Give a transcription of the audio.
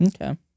okay